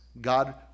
God